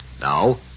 Now